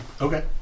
Okay